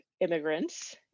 immigrants